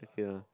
K lah